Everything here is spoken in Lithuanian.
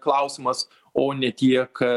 klausimas o ne tiek